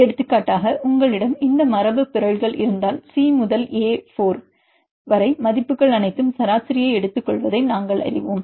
எடுத்துக்காட்டாக உங்களிடம் இந்த மரபுபிறழ்கள் இருந்தால் சி முதல் ஏ 4 வரை மதிப்புகள் அனைத்தும் சராசரியை எடுத்துக் கொள்வதை நாங்கள் அறிவோம்